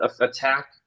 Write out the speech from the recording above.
attack